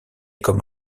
comme